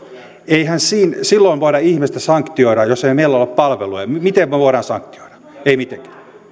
eihän silloin voida ihmistä sanktioida jos ei meillä ole palveluja miten me voimme sanktioida ei mitenkään